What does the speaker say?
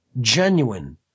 genuine